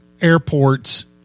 airports